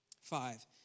Five